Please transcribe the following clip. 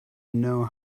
know